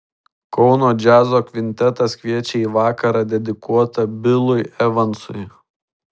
kauno džiazo kvintetas kviečia į vakarą dedikuotą bilui evansui